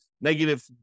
negative